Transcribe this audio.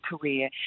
career